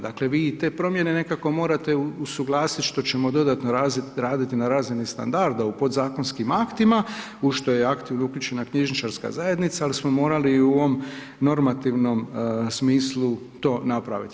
Dakle, vi i te promijene nekako morate usuglasiti, što ćemo dodatno raditi na razini standarda u podzakonskim aktima, u što je akter uključena knjižničarska zajednica, ali smo morali i u ovom normativnom smislu, to napraviti.